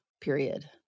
period